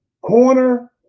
corner